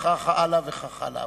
וכך הלאה וכך הלאה.